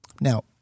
Now